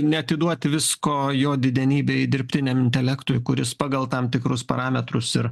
neatiduoti visko jo didenybei dirbtiniam intelektui kuris pagal tam tikrus parametrus ir